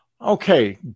Okay